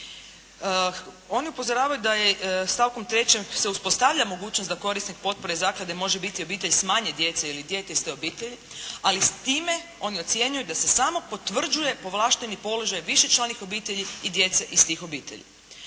Oni upozoravaju da stavkom 3. se uspostavlja mogućnost da korisnik potpore zaklade može biti obitelj s manje djece ili dijete iz te obitelji, ali s time oni ocjenjuju da se samo potvrđuje povlašteni položaj višečlanih obitelji i djece iz tih obitelji.